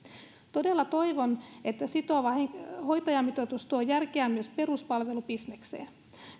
todella toivon että sitova hoitajamitoitus tuo järkeä myös peruspalvelubisnekseen